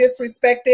disrespected